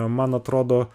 man atrodo